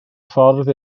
ffordd